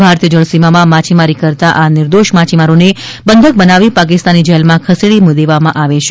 ભારતીય જળસીમામાં માછીમારી કરતા આ નિદોર્ષ માછીમારોને બંધક બનાવી પાકિસ્તાની જેલમાં ખસેડી દેવામાં આવે છે